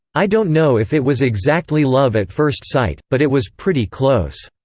i don't know if it was exactly love at first sight, but it was pretty close.